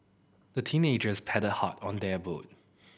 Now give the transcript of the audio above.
the teenagers paddled hard on their boat